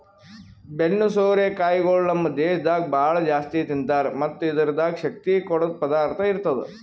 ಬೆನ್ನು ಸೋರೆ ಕಾಯಿಗೊಳ್ ನಮ್ ದೇಶದಾಗ್ ಭಾಳ ಜಾಸ್ತಿ ತಿಂತಾರ್ ಮತ್ತ್ ಇದುರ್ದಾಗ್ ಶಕ್ತಿ ಕೊಡದ್ ಪದಾರ್ಥ ಇರ್ತದ